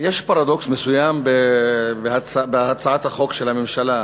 יש פרדוקס מסוים בהצעת החוק של הממשלה.